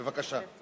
בבקשה.